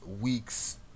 Weeks